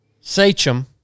Sachem